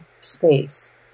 space